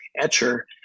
etcher